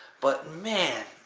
but man,